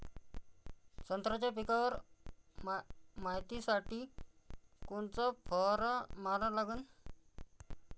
संत्र्याच्या पिकावर मायतीसाठी कोनचा फवारा मारा लागन?